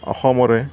অসমৰে